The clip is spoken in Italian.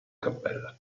cappella